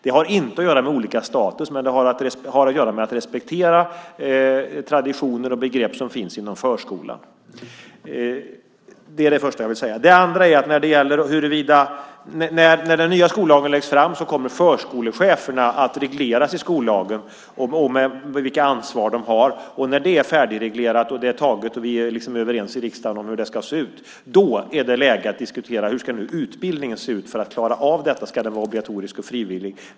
Det har inte att göra med olika status, men det har att göra med att respektera traditioner och begrepp som finns inom förskolan. Det är det första jag vill säga. Det andra är att när den nya skollagen läggs fram kommer förskolecheferna och vilket ansvar de har att regleras i skollagen. När det är färdigreglerat och taget och vi är överens i riksdagen om hur det ska se ut är det läge att diskutera hur utbildningen ska se ut för att klara av detta. Ska detta vara obligatoriskt eller frivilligt?